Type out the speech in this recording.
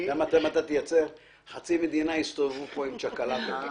אם אתה --- חצי מדינה יסתובבו פה עם צ'קלקות.